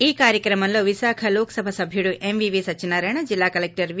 ఈ కార్యక్రమంలో విశాఖ లోక్ సభ్యుడు ఎంవీవీ సత్యనారాయణ జిల్లా కలెక్టర్ వి